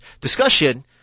discussion